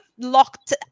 locked